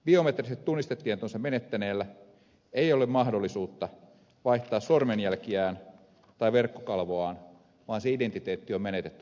biometriset tunnistetietonsa menettäneellä ei ole mahdollisuutta vaihtaa sormenjälkiään tai verkkokalvoaan vaan se identiteetti on menetetty lopullisesti